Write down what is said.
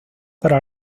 para